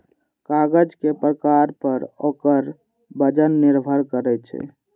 कागज के प्रकार पर ओकर वजन निर्भर करै छै